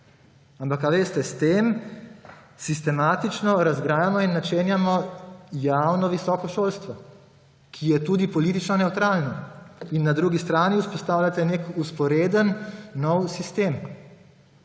zveze. Veste, s tem sistematično razgrajamo in načenjamo javno visoko šolstvo, ki je tudi politično nevtralno, in na drugi strani vzpostavljate nek vzporeden nov sistem.